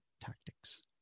tactics